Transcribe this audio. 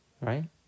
right